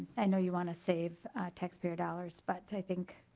i know you want to save taxpayer dollars but i think